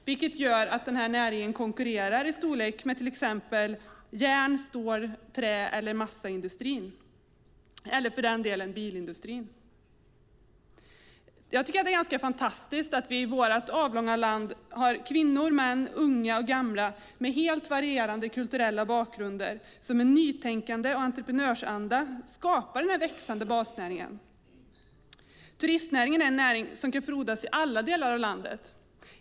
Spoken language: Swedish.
Detta gör att turistnäringen nu konkurrerar i storlek med till exempel järn-, stål-, trä och massaindustrin, eller bilindustrin för den delen. Jag tycker att det är fantastiskt att vi i hela vårt avlånga land har kvinnor och män, unga och gamla med varierande kulturella bakgrunder som med nytänkande och entreprenörsanda skapar denna växande basnäring. Turistnäringen är en näring som kan frodas i alla delar av landet.